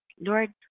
Lord